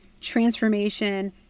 transformation